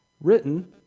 written